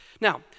Now